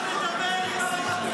שר הביטחון צריך ללכת לקריה,